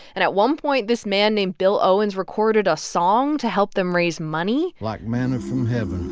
and at one point, this man named bill owens recorded a song to help them raise money like manna from heaven.